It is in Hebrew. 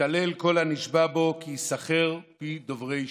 יתהלל כל הנשבע בו כי יסכר פי דוברי שקר".